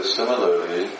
similarly